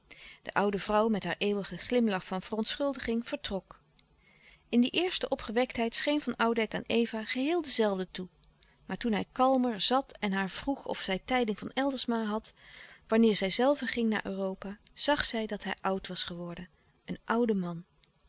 de oude vrouw met haar eeuwigen glimlach van verontschuldiging vertrok in die eerste opgewektheid scheen van oudijck aan eva geheel de zelfde toe maar toen hij kalmer zat en haar vroeg of zij tijding van eldersma had wanneer zijzelve ging naar europa zag zij dat hij oud was geworden een oude man